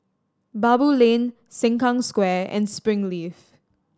Baboo Lane Sengkang Square and Springleaf